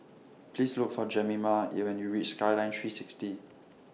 Please Look For Jemima when YOU REACH Skyline three sixty